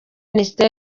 minisiteri